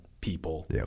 people